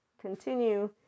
continue